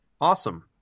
Awesome